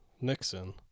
Nixon